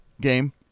game